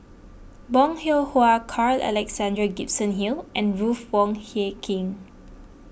Bong Hiong Hwa Carl Alexander Gibson Hill and Ruth Wong Hie King